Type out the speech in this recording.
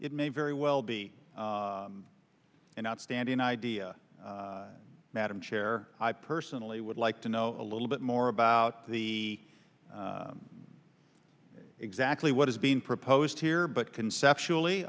it may very well be an outstanding idea madam chair i personally would like to know a little bit more about the exactly what is being proposed here but conceptual